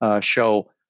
show